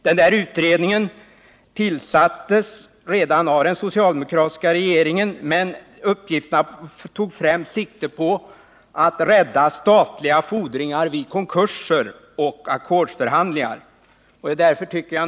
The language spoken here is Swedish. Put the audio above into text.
Den utredningen tillsattes redan av den socialdemokratiska regeringen, men uppgiften tog främst sikte på att rädda statliga fordringar vid konkurser och ackordsförhandlingar.